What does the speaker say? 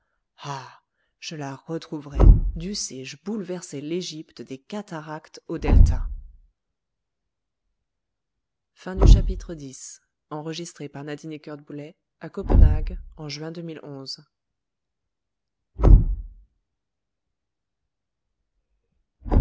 je la retrouverai dussé-je bouleverser l'égypte des cataractes au delta